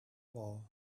ball